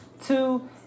Two